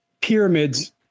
pyramids